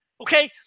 Okay